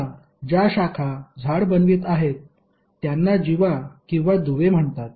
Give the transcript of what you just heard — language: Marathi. आता ज्या शाखा झाड बनवित आहेत त्यांना जीवा किंवा दुवे म्हणतात